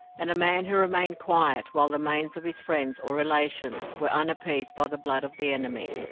and a man who remained quiet while the manes of his friend or relation were unappeased by the blood of the enemy,